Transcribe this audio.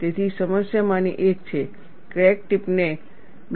તેથી સમસ્યામાંની એક છે ક્રેક ટિપને blunting